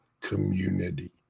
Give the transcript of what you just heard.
community